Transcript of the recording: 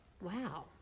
wow